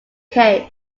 case